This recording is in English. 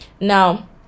Now